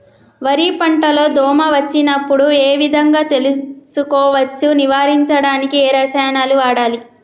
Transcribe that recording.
వరి పంట లో దోమ వచ్చినప్పుడు ఏ విధంగా తెలుసుకోవచ్చు? నివారించడానికి ఏ రసాయనాలు వాడాలి?